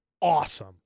awesome